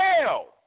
hell